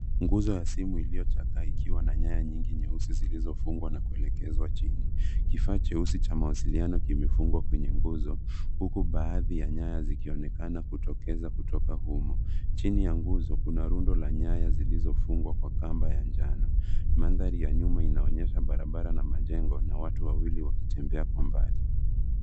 Nguzo ya simu iliyochakaa ikiwa na nyaya nyingi nyeusi zilizofungwa na kuelekezwa chini. Kifaa cheusi cha mawasiliano kimefungwa kwenye nguzo huku baadhi ya nyaya zikionekana kutokeza kutoka humu. Chini ya nguzo kuna rundo la nyaya zilizofungwa kwa kamba ya njano. Mandhari ya nyuma inaonyesha barabara na majengo na watu wawili wakitembea kwa mbali.